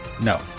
no